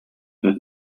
wird